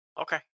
Okay